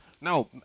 No